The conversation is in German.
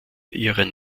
ihren